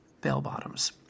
bell-bottoms